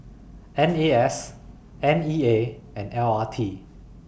N A S N E A and L R T